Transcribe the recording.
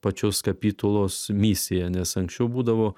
pačios kapitulos misiją nes anksčiau būdavo